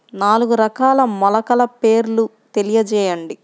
నాలుగు రకాల మొలకల పేర్లు తెలియజేయండి?